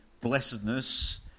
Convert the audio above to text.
Blessedness